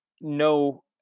no